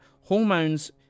hormones